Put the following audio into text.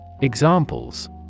Examples